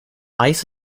ice